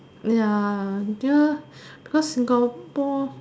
ya this one because Singapore